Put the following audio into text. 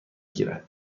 گیرد